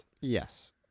Yes